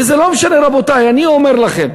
וזה לא משנה, רבותי, אני אומר לכם,